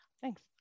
Thanks